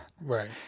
Right